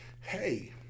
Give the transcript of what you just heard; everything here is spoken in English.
hey